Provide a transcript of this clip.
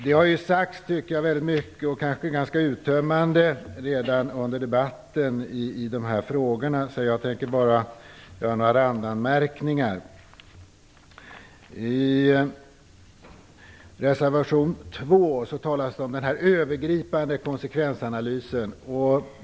Det har under debatten redan sagts ganska mycket i dessa frågor och det har varit ganska uttömmande. Därför tänker jag bara göra några randanmärkningar. I reservation 2 talas om en övergripande konsekvensanalys.